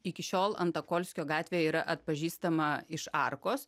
iki šiol antokolskio gatvėje yra atpažįstama iš arkos